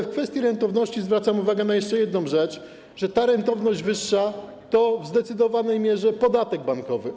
W kwestii rentowności zwracam uwagę na jeszcze jedną rzecz: ta wyższa rentowność to w zdecydowanej mierze podatek bankowy.